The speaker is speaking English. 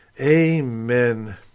Amen